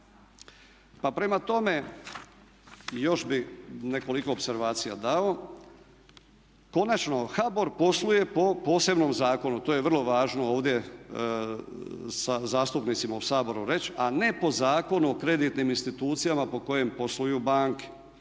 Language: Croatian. Pa prema tome, još bih nekoliko opservacija dao. Konačno HBOR posluje po posebnom zakonu, to je vrlo važno ovdje zastupnicima u Saboru reći, a ne po Zakonu o kreditnim institucijama po kojem posluju banke.